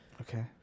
okay